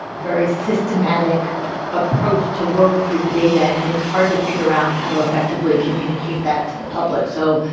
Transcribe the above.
very systematic approach to work through the data, and it's hard to figure out how to effectively communicate that to the public. so,